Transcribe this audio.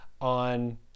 on